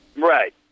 Right